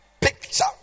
picture